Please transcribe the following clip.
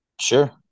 Sure